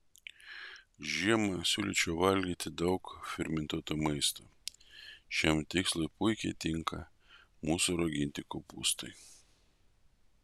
žiemą siūlyčiau valgyti daug fermentuoto maisto šiam tikslui puikiai tinka mūsų rauginti kopūstai